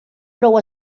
prou